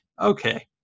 okay